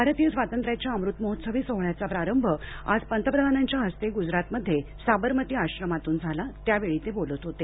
भारतीय स्वातंत्र्याच्या अमृतमहोत्सवी सोहळ्याचा प्रारभ आज पंतप्रधानांच्या हस्ते गुजरातमध्ये साबरमती आश्रमातून झाला त्यावेळी ते बोलत होते